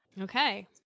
Okay